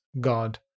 god